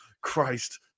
Christ